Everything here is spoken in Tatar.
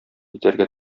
итәргә